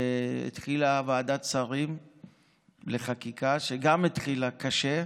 והתחילה ועדת שרים לחקיקה, גם התחילה קשה,